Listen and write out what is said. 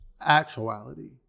actuality